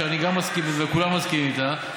שאני גם מסכים איתה וכולם מסכימים איתה,